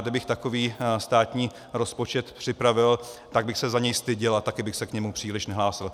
Kdybych takový státní rozpočet připravil já, tak bych se za něj styděl a taky bych se k němu příliš nehlásil.